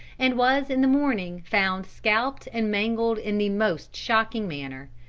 and was in the morning found scalped and mangled in the most shocking manner.